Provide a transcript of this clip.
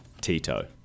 Tito